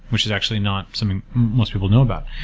which is actually not something most people now about.